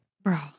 Bro